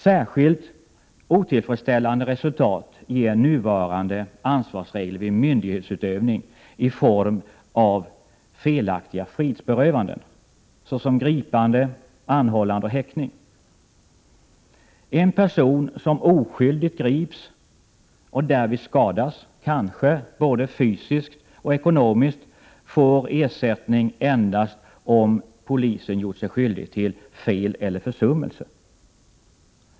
Särskilt otillfredsställande resultat ger nuvarande ansvarsregler vid myndighetsutövning i form av felaktiga frihetsberövanden, såsom gripande, anhållande och häktning. En person som oskyldigt grips och därvid skadas, kanske både fysiskt och ekonomiskt, får ersättning endast om polisen gjort sig skyldig till fel eller försummelse.